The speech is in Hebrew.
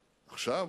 עכשיו?